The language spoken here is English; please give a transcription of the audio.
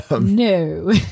No